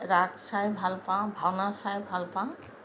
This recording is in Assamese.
ৰাস চাই ভালপাওঁ ভাওনা চাই ভালপাওঁ